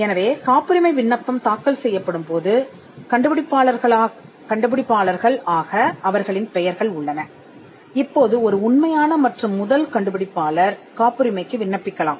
எனவே காப்புரிமை விண்ணப்பம் தாக்கல் செய்யப்படும் போது கண்டுபிடிப்பாளர்கள் ஆக அவர்களின் பெயர்கள் உள்ளன இப்போது ஒரு உண்மையான மற்றும் முதல் கண்டுபிடிப்பாளர் காப்புரிமைக்கு விண்ணப்பிக்கலாம்